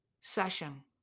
session